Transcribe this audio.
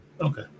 Okay